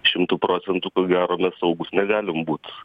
šimtu procentų ko gero mes saugūs negalim būt